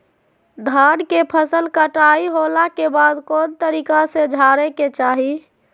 धान के फसल कटाई होला के बाद कौन तरीका से झारे के चाहि?